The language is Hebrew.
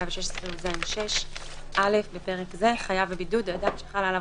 116יז 6. בפרק זה - "חייב בבידוד" אדם שחלה עליו